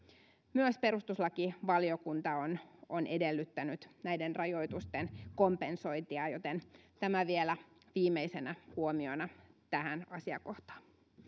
myös perustuslakivaliokunta on on edellyttänyt näiden rajoitusten kompensointia joten tämä vielä viimeisenä huomiona tähän asiakohtaan